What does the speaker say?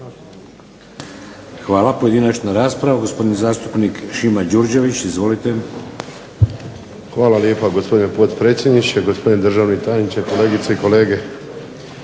Hvala. Pojedinačna rasprava. Gospodin zastupnik Šimo Đurđević. Izvolite. **Đurđević, Šimo (HDZ)** Hvala lijepo. Gospodine potpredsjedniče, gospodine državni tajniče, kolegice i kolege